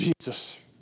Jesus